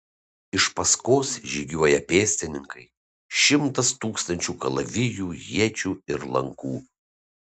iš paskos žygiuoja pėstininkai šimtas tūkstančių kalavijų iečių ir lankų